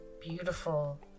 beautiful